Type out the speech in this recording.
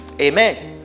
Amen